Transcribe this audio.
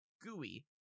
Gooey